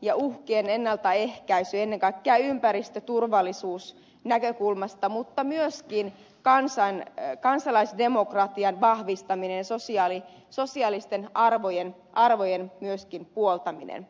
ja uhkien ennaltaehkäisy ennen kaikkea ympäristöturvallisuusnäkökulmasta mutta myöskin kansalaisdemokratian vahvistaminen sosiaalisten arvojen puoltaminen